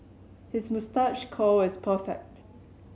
his moustache curl is perfect